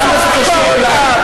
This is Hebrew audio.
למה זה קשור אלי?